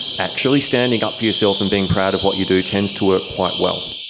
actually standing up for yourself and being proud of what you do tends to work quite well.